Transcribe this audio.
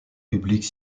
publique